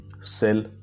cell